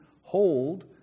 hold